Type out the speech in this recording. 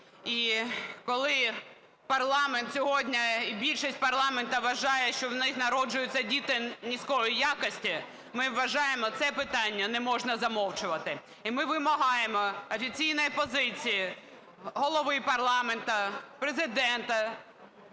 сьогодні, і більшість парламенту вважає, що в них народжуються діти низької якості, ми вважаємо, це питання не можна замовчувати. І ми вимагаємо офіційної позиції голови парламенту, Президента,